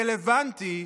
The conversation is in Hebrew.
רלוונטי,